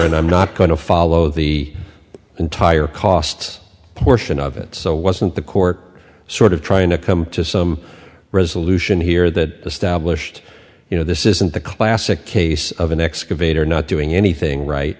and i'm not going to follow the entire costs portion of it so wasn't the court sort of trying to come to some resolution here that established you know this isn't the classic case of an excavator not doing anything right